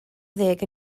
ddeg